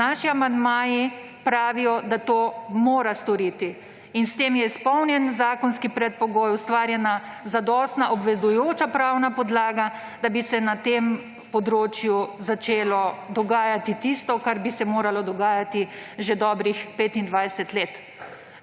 Naši amandmaji pravijo, da to mora storiti. S tem je izpolnjen zakonski predpogoj, ustvarjena zadostna obvezujoča pravna podlaga, da bi se na tem področju začelo dogajati tisto, kar bi se moralo dogajati že dobrih 25 let.